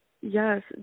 Yes